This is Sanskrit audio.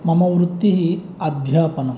मम वृत्तिः अध्यापनम्